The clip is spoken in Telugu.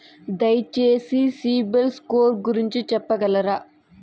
దయచేసి సిబిల్ స్కోర్ గురించి చెప్పగలరా?